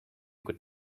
could